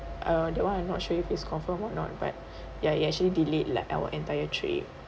uh that one I'm not sure if is confirm or not but yeah it actually delayed like our entire trip